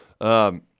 Um-